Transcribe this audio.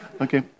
Okay